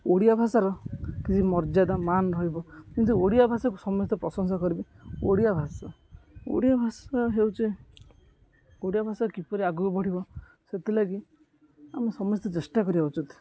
ଓଡ଼ିଆ ଭାଷାର କିଛି ମର୍ଯ୍ୟାଦା ମାନ ରହିବ ଯେମିତି ଓଡ଼ିଆ ଭାଷାକୁ ସମସ୍ତେ ପ୍ରଶଂସା କରିବେ ଓଡ଼ିଆ ଭାଷା ଓଡ଼ିଆ ଭାଷା ହେଉଛି ଓଡ଼ିଆ ଭାଷା କିପରି ଆଗକୁ ବଢ଼ିବ ସେଥିଲାଗି ଆମେ ସମସ୍ତେ ଚେଷ୍ଟା କରିବା ଉଚିତ୍